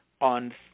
on